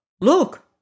Look